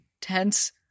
tense